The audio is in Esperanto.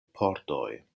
pordoj